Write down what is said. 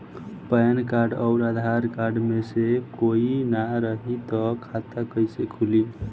Pan card आउर Aadhaar card मे से कोई ना रहे त खाता कैसे खुली?